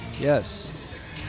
Yes